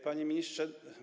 Panie Ministrze!